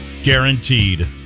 guaranteed